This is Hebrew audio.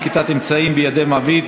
נקיטת אמצעים בידי מעביד),